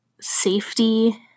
safety